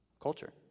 Culture